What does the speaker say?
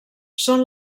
són